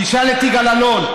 תשאל את יגאל אלון.